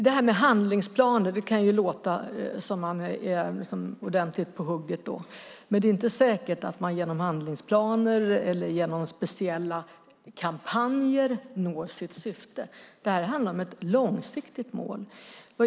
Det här med handlingsplaner kan låta som om man är ordentligt på hugget, men det är inte säkert att man genom handlingsplaner eller speciella kampanjer når sitt syfte. Det här handlar om ett långsiktigt mål.